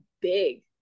big